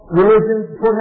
religions